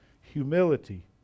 Humility